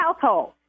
household